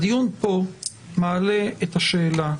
הדיון פה מעלה את השאלה,